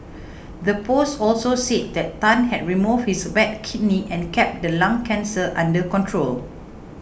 the post also said that Tan had removed his bad kidney and kept the lung cancer under control